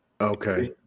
Okay